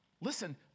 listen